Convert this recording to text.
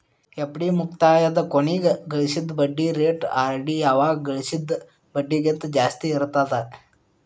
FD ಮುಕ್ತಾಯದ ಕೊನಿಗ್ ಗಳಿಸಿದ್ ಬಡ್ಡಿ ರೇಟ ಆರ್.ಡಿ ಯಾಗ ಗಳಿಸಿದ್ ಬಡ್ಡಿಗಿಂತ ಜಾಸ್ತಿ ಇರ್ತದಾ